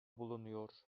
bulunuyor